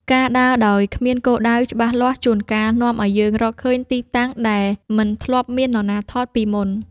ការដើរដោយគ្មានគោលដៅច្បាស់លាស់ជួនកាលនាំឱ្យយើងរកឃើញទីតាំងដែលមិនធ្លាប់មាននរណាថតពីមុន។